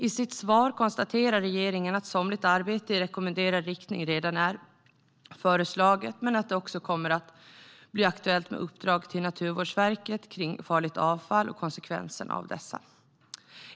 I sitt svar konstaterar regeringen att somligt arbete i rekommenderad riktning redan är föreslaget men att det också kommer att bli aktuellt med uppdrag till Naturvårdsverket kring farligt avfall och konsekvenserna av detta.